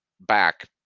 back